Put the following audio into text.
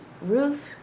roof